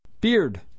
Beard